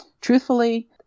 truthfully